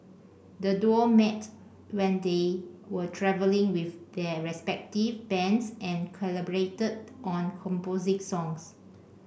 the duo met when they were travelling with their respective bands and collaborated on composing songs